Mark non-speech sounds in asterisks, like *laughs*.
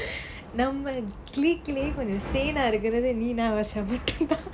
நான்:naan click lah கொஞ்சம்:konjam sane eh இருக்குறது நீ நான்:irukkurathu nee naan varsha மட்டும் தான்:mattum thaan *laughs*